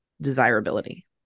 desirability